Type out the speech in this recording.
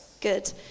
Good